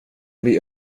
bli